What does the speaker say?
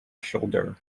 shoulder